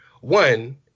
one